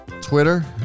twitter